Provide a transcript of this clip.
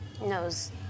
knows